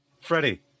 Freddie